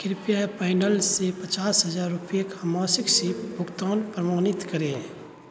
कृपया पैनल से पचास हजार रुपये का मासिक सिप भुगतान प्रमाणित करें